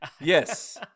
Yes